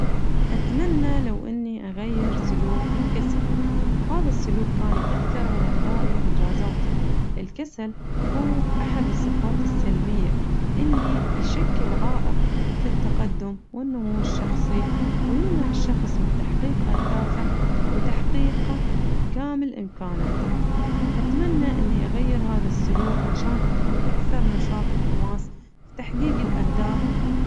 أتمنى لو إني أغير سلوك الكسل، هذا السلوك كان يأثر على أدائي وإنجازاتي، الكسل هو أحد الصفات السلبية اللي يشكل عائق في التقدم والنممو الشخصي ويمنع الشخص من تحقيق أهدافه وتحقيق كامل إمكاناته أتمنى إني أغير هذا السلوك عشان أكون أكثر نشاط وحماس فتحقيق الأهداف.